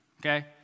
okay